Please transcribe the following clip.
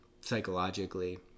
psychologically